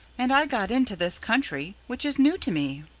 and i got into this country, which is new to me.